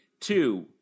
two